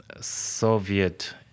Soviet